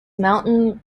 mountain